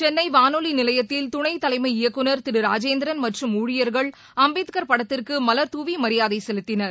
சென்னை வானொலி நிலையத்தில் இயக்குனர் துணைத்தலைமை திரு ராஜேந்திரன் மற்றும் ஊழியர்கள் அம்பேத்கர் படத்திற்கு மார் தூவி மரியாதை செலுத்தினர்